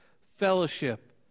fellowship